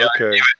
okay